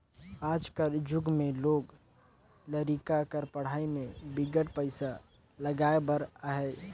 आज कर जुग में लोग लरिका कर पढ़ई में बिकट पइसा लगाए बर अहे